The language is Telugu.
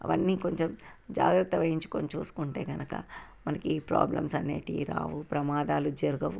అవన్నీ కొంచెం జాగ్రత్త వహించుకొని చూసుకుంటే కనుక మనకి ఈ ప్రాబ్లమ్స్ అనేటివి రావు ప్రమాదాలు జరగవు